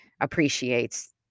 appreciates